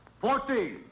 Fourteen